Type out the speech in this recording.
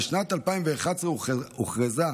"בשנת 2010 פורסם מכרז פומבי,